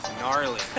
gnarly